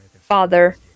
Father